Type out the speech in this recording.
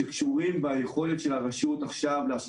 שקשורים ביכולת של הרשות עכשיו לעשות